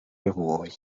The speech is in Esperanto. revuoj